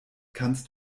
kannst